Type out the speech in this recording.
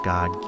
God